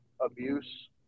abuse